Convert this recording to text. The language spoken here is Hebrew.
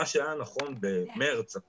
מה שהיה נכון במרץ-אפריל,